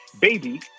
baby